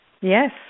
Yes